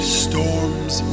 storms